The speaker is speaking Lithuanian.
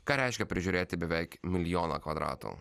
ką reiškia prižiūrėti beveik milijoną kvadratų